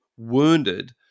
wounded